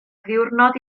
ddiwrnod